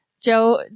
Joe